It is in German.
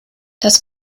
das